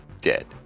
Dead